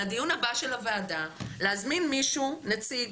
לדיון הבא של הוועדה להזמין נציג